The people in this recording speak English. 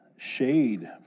shade